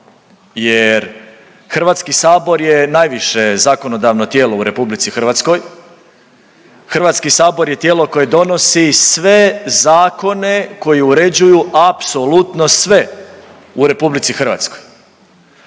Jer Hrvatski sabor je najviše zakonodavno tijelo u RH. Hrvatski sabor je tijelo koji donosi sve zakone koji uređuju apsolutno sve u RH. Hrvatski